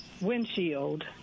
windshield